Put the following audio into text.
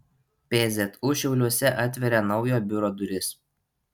pzu šiauliuose atveria naujo biuro duris